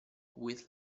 with